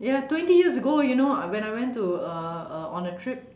ya twenty years ago you know when I went to uh uh on a trip